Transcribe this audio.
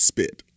Spit